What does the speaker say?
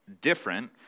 different